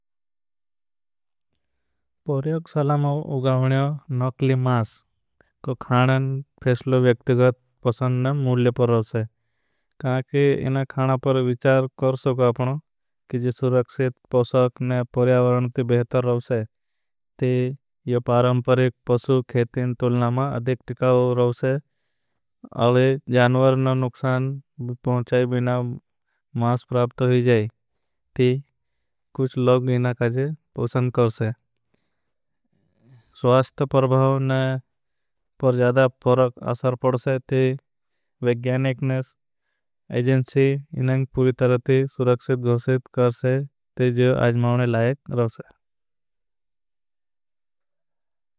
प्रयोगशसल में उगावने नकली मास को खाणान फेशलो व्यक्तिगत। पसंदन मुल्य पर रहूँसे इन खाणा पर विचार कर सोगा अपनों कि। जी सुरक्षित पसौक ने परियावरनती बेहतर रहूँसे पसौ खेतिन तुलना। मा अधिक टिकाव रहूँसे न नुक्षान पहुंचाई बिना मास प्राप्त हुई जाए। ती कुछ लोग इना काजे पोशन करसे परभाव न पर ज़्यादा परग। अशार पड़से ती विज्ञानिकने ऐजन्सी इनांग पूरी तरह ती सुरक्षित। गोशित करसे ते जिव आजमावने लाइक रहूँसे।